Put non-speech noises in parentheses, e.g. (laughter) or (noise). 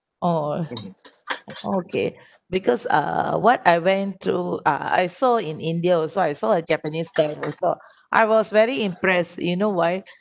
oh okay because uh what I went through uh I saw in india also I saw a japanese (noise) I was very impressed you know why